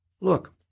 look